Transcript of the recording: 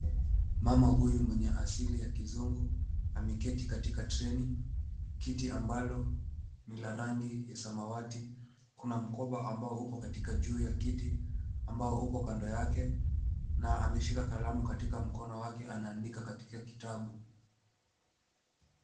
Mama huyu mwenye asili ya kizungu, ameketi katika treni. Kiti ambalo ni la rangi ya samawati. Kuna mkoba ambao upo katika juu ya kiti ambao upo kando yake na ameshika kalamu katika mkono wake anaandika katika kitabu.